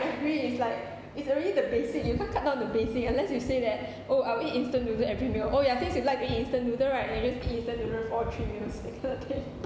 agree it's like it's already the basic you can't cut down the basic unless you say that oh I'll eat instant noodle every meal oh ya things you like to eat instant noodle right then you just eat instant noodle for all three meals that kind of thing